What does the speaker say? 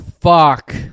fuck